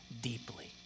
deeply